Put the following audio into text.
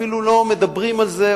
אפילו לא מדברים על זה,